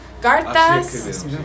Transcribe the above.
cartas